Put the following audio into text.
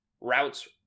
routes